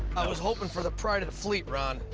was hoping for the pride of the fleet, ron.